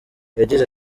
yagize